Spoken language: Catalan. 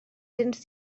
cents